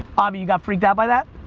avi, you got freaked out by that?